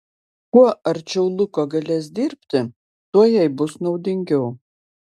kuo arčiau luko galės dirbti tuo jai bus naudingiau